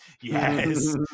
yes